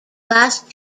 last